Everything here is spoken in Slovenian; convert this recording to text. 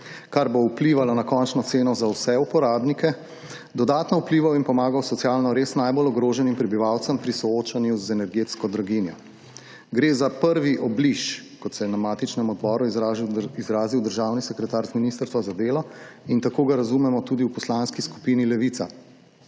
kar bo vplivalo na končno oceno za vse uporabnike dodatno vplival in pomagal socialno res najbolj ogroženim prebivalcem pri soočanju z energetsko draginjo. Gre za prvi obliž kot se je na matičnem odboru izrazil državni sekreter iz Ministrstva za delo in tako ga razumemo tudi v Poslanski skupini Levica.